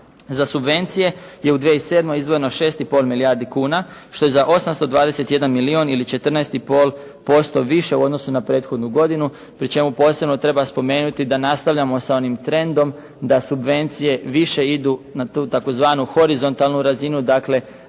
Za subvencije je u 2007. izdvojeno 6 i pol milijardi kuna što je za 821 milijun ili 14 i pol posto više u odnosu na prethodnu godinu pri čemu posebno treba spomenuti da nastavljamo sa onim trendom da subvencije više idu na tu tzv. horizontalnu razinu. Dakle